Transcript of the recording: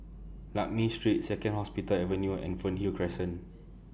Lakme Street Second Hospital Avenue and Fernhill Crescent